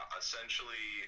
essentially